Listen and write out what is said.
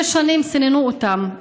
שש שנים סיננו אותם,